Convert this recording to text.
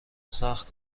سخت